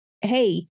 hey